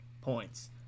points